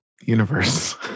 universe